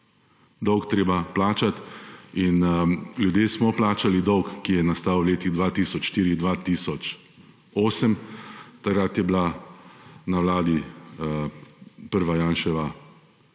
dolg treba plačati. Ljudje smo plačali dolg, ki je nastal v letih 2004-2008. Takrat je bila na Vladi prva Janševa